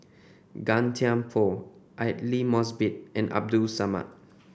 Gan Thiam Poh Aidli Mosbit and Abdul Samad